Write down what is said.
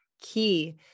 key